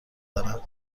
دارم